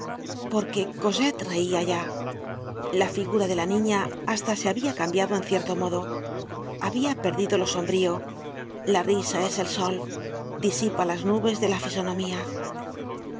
porque cosette reia ya la figura de la niña hasta se habia cambiado en cierto modo habia perdido lo sombrío la risa es el sol disipa las nubes de la fisonomía